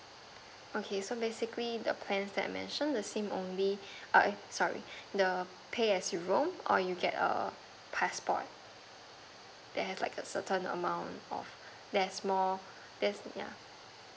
okay so basically the plans that I mentioned the SIM only uh sorry the pay as you roam or you get a passport that have like a certain amount of there's more there's yeah